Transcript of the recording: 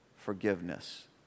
forgiveness